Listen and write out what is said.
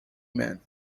man